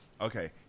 Okay